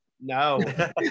no